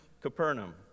Capernaum